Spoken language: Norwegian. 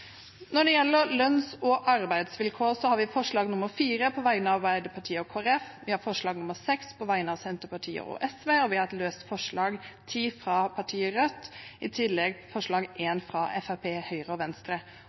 Når det gjelder lønns- og arbeidsvilkår, har vi forslag nr. 4, fra Arbeiderpartiet og Kristelig Folkeparti. Vi har forslag nr. 6, fra Senterpartiet og Sosialistisk Venstreparti. Vi har et løst forslag, nr. 10, fra partiet Rødt – i tillegg til forslag nr. 1, fra Høyre, Fremskrittspartiet og Venstre.